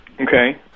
Okay